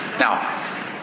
Now